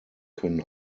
können